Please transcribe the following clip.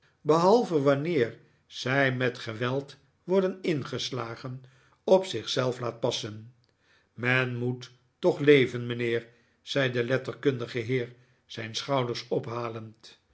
behalve wanneer zij met geweld worden ingeslagen op zich zelf laat passen men moet toch leven mijnheer zei de letterkundige heer zijn schouders ophalend